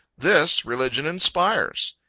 this religion inspires.